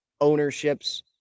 ownerships